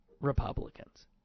Republicans